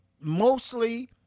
mostly